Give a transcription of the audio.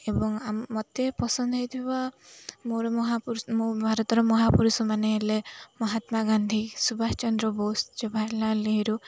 ଏବଂ ମୋତେ ପସନ୍ଦ ହେଇଥିବା ମୋର ମହାପୁରୁଷ ଭାରତର ମହାପୁରୁଷମାନେ ହେଲେ ମହାତ୍ମା ଗାନ୍ଧୀ ସୁବାଷ ଚନ୍ଦ୍ର ବୋଷ ଜବାହାରଲାଲ ନେହେରୁ